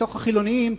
שבתוך החילונים,